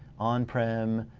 on-prem,